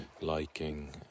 Liking